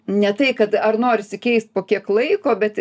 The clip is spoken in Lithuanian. ne tai kad ar norisi keist po kiek laiko bet